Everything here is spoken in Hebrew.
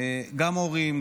גם הורים,